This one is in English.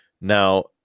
Now